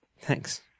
Thanks